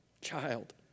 Child